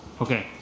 Okay